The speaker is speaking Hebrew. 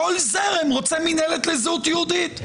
כל זרם רוצה מנהלת לזהות יהודית.